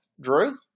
Drew